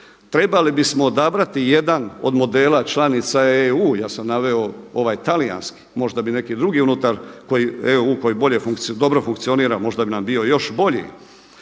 Trebali bismo odabrati jedan od modela članica EU, ja sam naveo ovaj talijanski, možda bi neki drugi unutar EU koji bolje, dobro funkcionira. Možda bi nam bio još bolji.